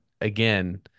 again